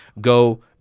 Go